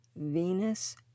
Venus